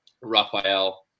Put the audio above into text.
Raphael